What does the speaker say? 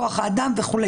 כוח האדם וכולי.